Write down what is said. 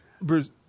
Bruce